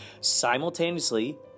simultaneously